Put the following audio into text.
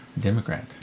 Democrat